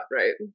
right